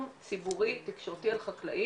כמובן לרווחת העוף.